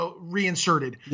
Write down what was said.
reinserted